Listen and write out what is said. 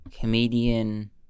comedian